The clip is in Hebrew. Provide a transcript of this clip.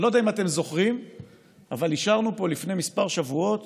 אני לא יודע אם אתם זוכרים אבל אישרנו פה לפני כמה שבועות